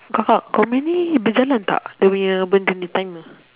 kakak kau punya ni berjalan tak dia punya benda ni timer